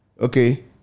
Okay